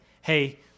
Hey